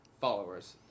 followers